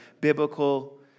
biblical